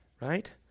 right